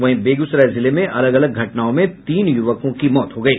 वहीं बेगूसराय जिले में अलग अलग घटनाओं में तीन युवकों की मौत हो गयी